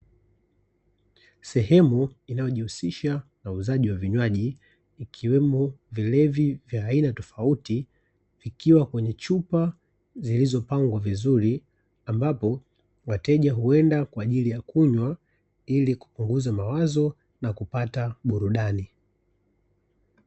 Sehemu inayojihusisha na uuzaji wa vinywaji ikiwemo vilevi vya aina tofauti, vikiwa kwenye chupa zilizopangwa vizuri ambapo, wateja uenda kwa ajili ya kunywa ilikupunguza mawazo na kupata burudani.